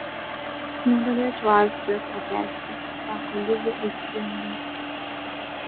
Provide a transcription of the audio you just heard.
negalėčiau austrijos pakęsti sako lizė aistringai